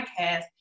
podcast